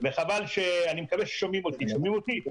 אני מקווה ששומעים אותי.